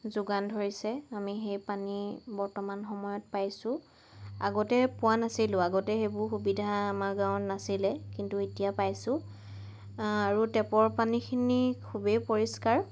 যোগান ধৰিছে আমি সেই পানী বৰ্তমান সময়ত পাইছোঁ আগতে পোৱা নাছিলোঁ আগতে সেইবোৰ সুবিধা আমাৰ গাঁৱত নাছিলে কিন্তু এতিয়া পাইছোঁ আৰু টেপৰ পানীখিনি খুবেই পৰিষ্কাৰ